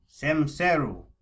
Semseru